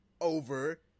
over